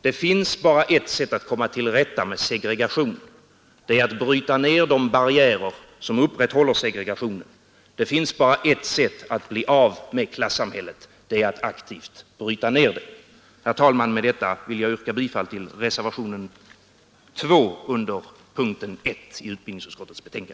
Det finns bara ett sätt att komma till rätta med segregation: det är att bryta ner de barriärer som upprätthåller segregationen. Det finns bara ett sätt att bli av med klassamhället: det är att aktivt bryta ner det! Herr talman! Med detta vill jag yrka bifall till reservationen 2 under punkten 1 i utbildningsutskottets betänkande.